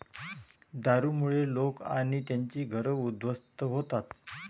दारूमुळे लोक आणि त्यांची घरं उद्ध्वस्त होतात